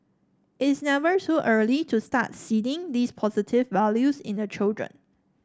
it is never too early to start seeding these positive values in the children